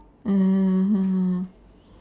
mm